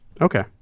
Okay